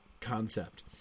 concept